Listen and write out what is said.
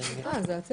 ארבעה.